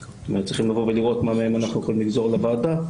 צריכים לראות מה מהם אנחנו יכולים לגזור לוועדה,